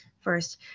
First